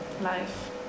life